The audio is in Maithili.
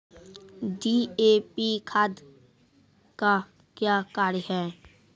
डी.ए.पी खाद का क्या कार्य हैं?